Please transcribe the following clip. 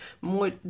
more